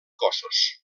cossos